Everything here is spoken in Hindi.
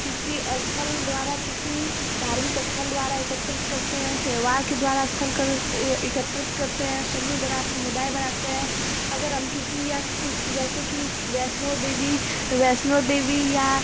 किसी स्थल द्वारा किसी धार्मिक स्थल द्वारा एकत्रित करते हैं त्योआर के द्वारा स्थल कर एकत्रित करते हैं शमु बना समुदाय बनाते हैं अगर हम किसी या किस जैसे कि वैष्णो देवी वैष्णो देवी या